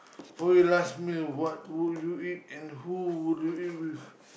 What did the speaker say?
for your last meal what will you eat and who will you eat with